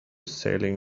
sailing